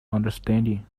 understanding